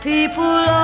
People